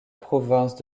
province